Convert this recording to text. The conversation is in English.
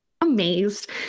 amazed